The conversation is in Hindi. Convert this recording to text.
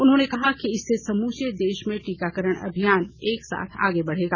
उन्होंने कहा कि इससे समूचे देश में टीकाकरण अभियान एक साथ आगे बढ़ेगा